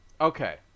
Okay